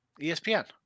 ESPN